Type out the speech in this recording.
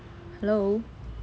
hello